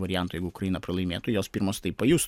variantu jeigu ukraina pralaimėtų jos pirmos tai pajus